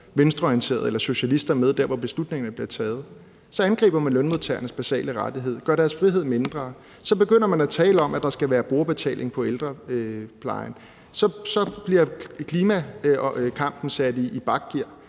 venstreorienterede eller socialister med der, hvor beslutningerne bliver taget. Så angriber man lønmodtagernes basale rettigheder, gør deres frihed mindre, så begynder man at tale om, at der skal være brugerbetaling på ældreplejen, og så bliver klimakampen sat i bakgear.